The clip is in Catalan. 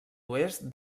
oest